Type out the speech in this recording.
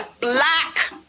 black